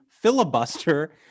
filibuster